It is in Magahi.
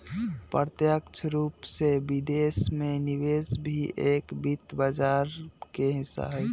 प्रत्यक्ष रूप से विदेश में निवेश भी एक वित्त बाजार के हिस्सा हई